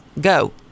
Go